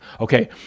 Okay